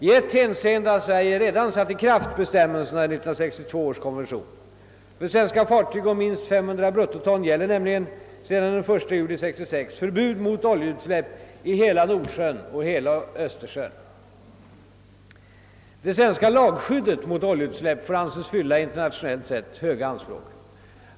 I ett hänseende har Sverige redan satt i kraft bestämmelserna i 1962 års konvention. För svenska fartyg om minst 500 bruttoton gäller nämligen sedan den 1 juli 1966 förbud mot oljeutsläpp i hela Nordsjön och hela Östersjön. Det svenska lagskyddet mot oljeutsläpp får anses fylla internationellt sett höga anspråk.